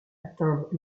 atteindre